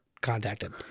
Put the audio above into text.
contacted